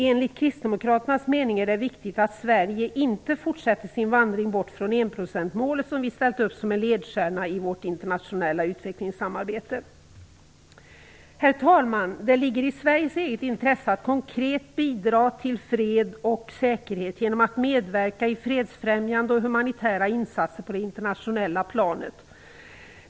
Enligt kristdemokraternas mening är det viktigt att Sverige inte fortsätter sin vandring bort från enprocentsmålet som vi ställt upp som ledstjärna i vårt internationella utvecklingssamarbete. Herr talman! Det ligger i Sveriges eget intresse att konkret bidra till fred och säkerhet genom att medverka i fredsfrämjande och humanitära insatser på det internationella planet.